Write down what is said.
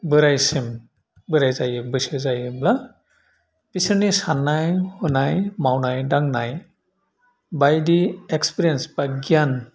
बोराइसिम बोराइ जायो बैसो जायोब्ला बिसोरनि साननाय हनाय मावनाय दांनाय बायदि एक्सफिरियेन्स बा गियान